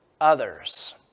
others